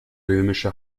römische